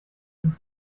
ist